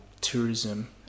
tourism